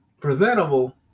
presentable